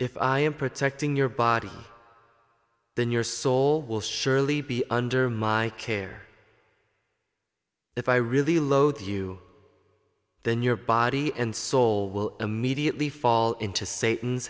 if i am protecting your body then your soul will surely be under my care if i really loathe you then your body and soul will immediately fall into satan